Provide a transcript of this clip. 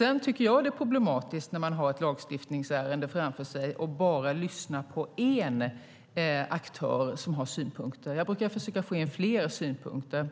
När man har ett lagstiftningsärende framför sig tycker jag att det är problematiskt att bara lyssna på en aktör som har synpunkter. Jag brukar försöka få in flera synpunkter.